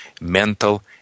mental